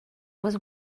was